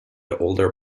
order